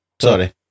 Sorry